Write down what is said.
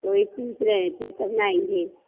वही पूछ रहे थे तब न आएंगे